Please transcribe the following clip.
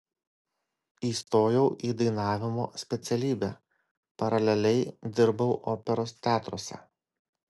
įstojau į dainavimo specialybę paraleliai dirbau operos teatruose